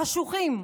החשוכים,